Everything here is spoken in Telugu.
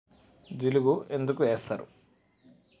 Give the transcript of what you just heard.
జిలుగు ఎందుకు ఏస్తరు?